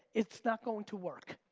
it's not going to work.